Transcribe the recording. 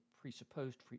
presupposed